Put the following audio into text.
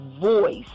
voice